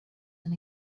than